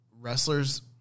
Wrestlers